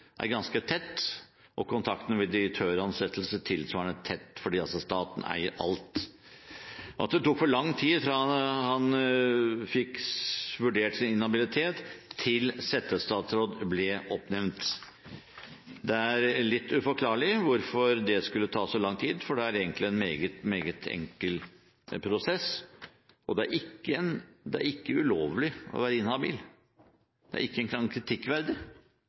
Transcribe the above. er ganske tett, og tilsvarende tett ved direktøransettelse, fordi staten altså eier alt. Det tok for lang tid fra han fikk vurdert sin inhabilitet til settestatsråd ble oppnevnt. Det er litt uforståelig hvorfor det skulle ta så lang tid, for det er egentlig en meget, meget enkel prosess. Det er ikke ulovlig å være inhabil, det er ikke engang kritikkverdig.